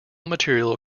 material